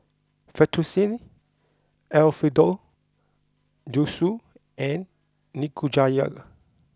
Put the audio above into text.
Fettuccine Alfredo Zosui and Nikujaga